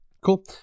Cool